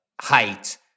height